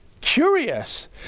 Curious